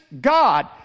God